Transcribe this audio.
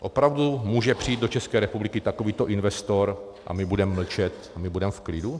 Opravdu může přijít do České republiky takovýto investor a my budeme mlčet, my budeme v klidu?